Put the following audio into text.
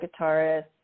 guitarist